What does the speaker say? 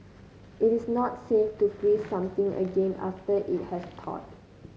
it is not safe to freeze something again after it has thawed